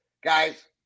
guys